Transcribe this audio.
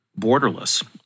borderless